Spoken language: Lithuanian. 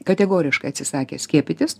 kategoriškai atsisakė skiepytis